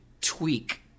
tweak